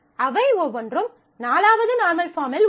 அவை ஒவ்வொன்றும் 4 வது நார்மல் பாஃர்ம்மில் உள்ளன